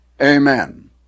Amen